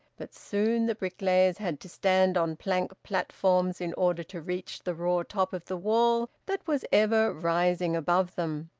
but soon the bricklayers had to stand on plank-platforms in order to reach the raw top of the wall that was ever rising above them.